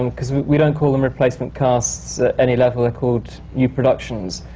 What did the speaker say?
because we don't call them replacement casts at any level, they're called new productions,